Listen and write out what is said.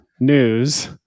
News